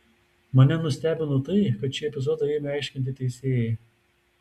mane nustebino tai kad šį epizodą ėmė aiškinti teisėjai